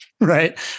Right